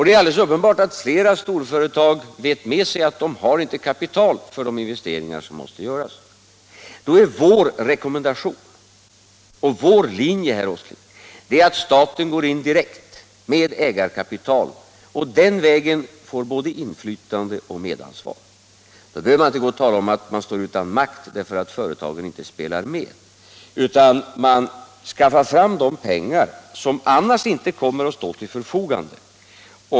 Det är alldels uppenbart att flera storföretag vet med sig att de inte har kapital för de investeringar som måste göras. Vår rekommendation och vår linje, herr Åsling, är att staten går in direkt med ägarkapital för att på den vägen få både inflytande och medansvar. Då behöver man inte gå och tala om att man står utan makt, därför att företagen inte spelar med, utan man skaffar fram de pengar som annars inte kommer att stå till förfogande.